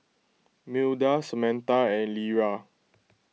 Milda Samatha and Lera